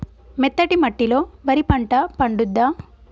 మెత్తటి మట్టిలో వరి పంట పండుద్దా?